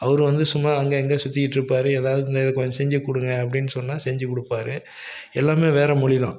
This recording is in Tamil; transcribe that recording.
அவரு வந்து சும்மா அங்கே இங்கே சுற்றிக்கிட்ருப்பாரு ஏதாவது இந்த இதை கொஞ்சம் செஞ்சுக் கொடுங்க அப்படின்னு சொன்னால் செஞ்சுக் கொடுப்பாரு எல்லாமே வேறு மொழிதான்